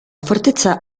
fortezza